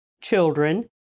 children